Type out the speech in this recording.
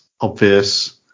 obvious